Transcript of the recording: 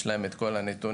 יש להם כל הנתונים.